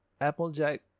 Applejack